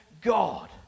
God